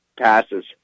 Passes